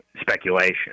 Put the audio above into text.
speculation